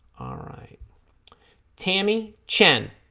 right tammy chen